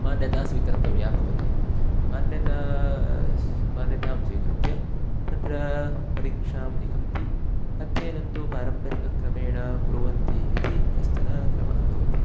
मान्यता स्वीकर्तव्या भवति मान्यता मान्यतां स्वीकृत्य तत्र परीक्षां लिखन्ति अध्ययनं तु पारम्परिकक्रमेण कुर्वन्ति इति कश्चन क्रमः भवति